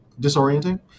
disorienting